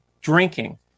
drinking